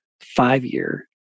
five-year